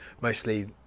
mostly